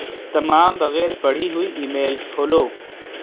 تمام بغیر پڑھی ہوئی ای میلس کھولو